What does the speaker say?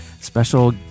Special